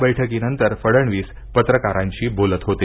या बैठकीनंतर फडणवीस पत्रकारांशी बोलत होते